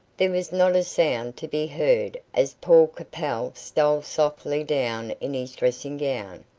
there was not a sound to be heard as paul capel stole softly down in his dressing-gown,